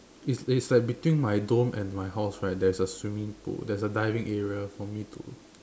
it's it's like between my dome and my house right there's a swimming pool there's a diving area for me to